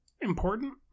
Important